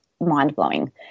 mind-blowing